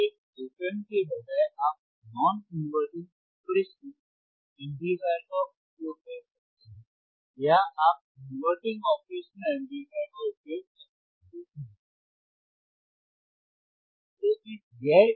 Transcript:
और एक op amp के बजाय आप नॉन इन्वेर्टिंग ऑपरेशनल एम्पलीफायर का उपयोग कर सकते हैं या आप इन्वेर्टिंग ऑपरेशनल एम्पलीफायर का उपयोग कर सकते हैं